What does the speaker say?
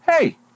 hey